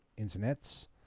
internets